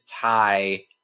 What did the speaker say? tie